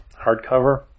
hardcover